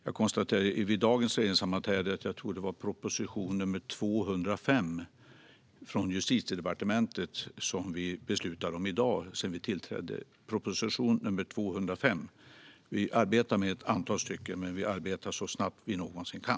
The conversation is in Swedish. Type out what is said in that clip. Jag konstaterade vid dagens regeringssammanträde att vi beslutade om proposition 205, tror jag att det var, från Justitiedepartementet sedan vi tillträdde - proposition 205! Vi arbetar alltså med ett antal, och vi arbetar så snabbt vi någonsin kan.